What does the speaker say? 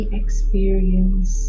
experience